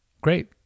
great